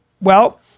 Well-